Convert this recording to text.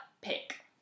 pick